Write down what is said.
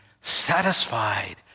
satisfied